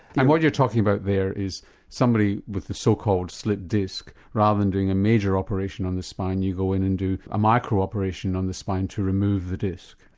and what you're talking about there is somebody with a so-called slipped disc, rather than doing a major operation on the spine you go in and do a micro operation on the spine to remove the disc?